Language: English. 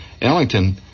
Ellington